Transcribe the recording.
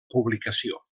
publicació